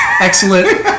Excellent